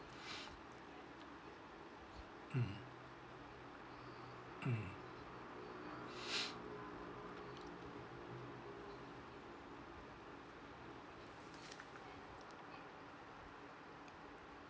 mm mm